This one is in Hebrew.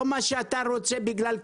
לא את מה שאתה רוצה בגלל כסף.